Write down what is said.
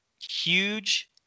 huge